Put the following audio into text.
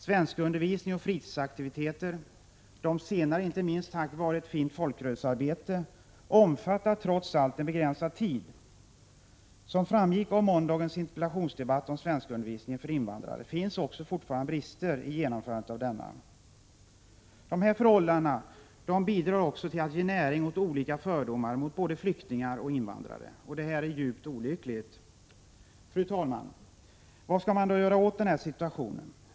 Svenskundervisning och fritidsaktiviteter, de senare inte minst tack vare ett fint folkrörelsearbete, omfattar trots allt en begränsad tid. Som framgick av måndagens interpellationsdebatt om svenskundervisningen för invandrare finns också fortfarande brister i genomförandet av denna. Dessa förhållanden bidrar också till att ge näring åt olika fördomar mot både flyktingar och invandrare. Det är djupt olyckligt. Fru talman! Vad skall man då göra åt den här situationen?